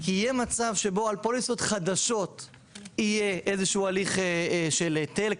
כי יהיה מצב שבו על פוליסות חדשות יהיה איזשהו הליך של היטל,